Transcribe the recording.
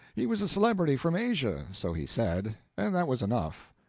he was a celebrity from asia so he said, and that was enough.